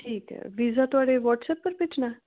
ठीक ऐ वीज़ा थुआढ़े वाट्सऐप उप्पर भेजना ऐ